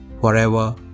forever